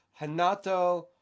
Hanato